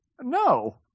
No